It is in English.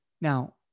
Now